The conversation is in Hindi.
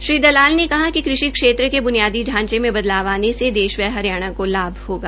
श्री दलाल ने कहा कि कृषि क्षेत्र के बुनियादी ढांचे में बदलाव आने से देश व हरियाणा को लाभ होगा